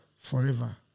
forever